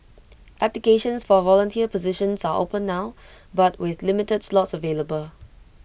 applications for volunteer positions are open now but with limited slots available